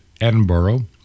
Edinburgh